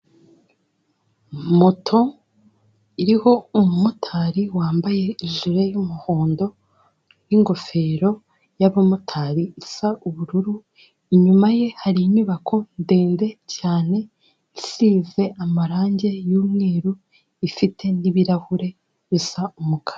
Moto iriho umumotari wambaye ijire y'umuhondo n'ingofero y'abamotari isa ubururu, inyuma ye hari inyubako ndende cyane isize amarange y'umweru ifite n'ibirahure bisa umukara.